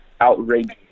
outrageous